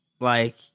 Like-